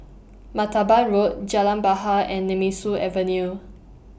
Martaban Road Jalan Bahar and Nemesu Avenue